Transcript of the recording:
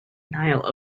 nile